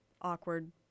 awkward